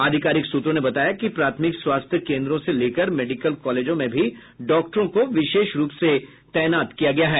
आधिकारिक सूत्रों ने बताया कि प्राथमिक स्वास्थ्य केन्द्रों से लेकर मेडिकल कॉलेजों में भी डॉक्टरों को विशेष रूप से तैनात किया गया है